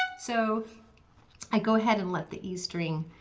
so i go ahead and let the e string